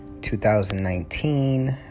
2019